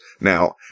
Now